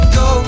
go